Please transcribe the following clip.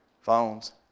phones